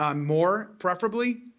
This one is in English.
um more preferably.